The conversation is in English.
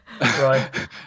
Right